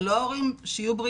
זה לא ההורים של היום,